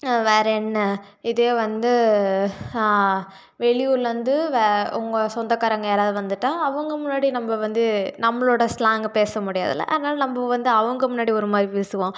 வேறே என்ன இதே வந்து வெளியூர்லேருந்து வே உங்கள் சொந்தக்காரங்க யாராவது வந்துட்டால் அவங்க முன்னாடி நம்ம வந்து நம்மளோடய ஸ்லேங்கை பேச முடியாதுல்ல அதனால் நம்ம வந்து அவங்க முன்னாடி ஒரு மாதிரி பேசுவோம்